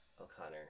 O'Connor